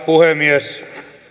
puhemies